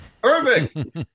Perfect